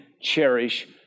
cherish